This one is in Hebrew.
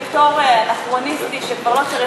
הוא פטור אנכרוניסטי שכבר לא צריך להיות היום.